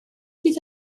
bydd